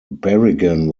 berrigan